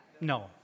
No